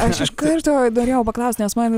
aš iš karto norėjau paklaust nes man